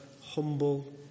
humble